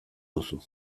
duzu